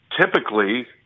typically